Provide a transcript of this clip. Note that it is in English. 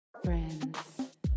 friends